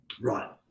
Right